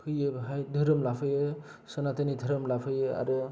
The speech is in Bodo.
फैयो बाहाय धोरोम लाफैयो सोनाथोननि धोरोम लाफैयो आरो